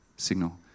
Signal